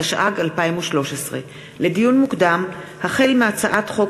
התשע"ג 2013. לדיון מוקדם: החל בהצעת חוק